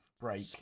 break